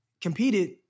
competed